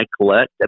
collect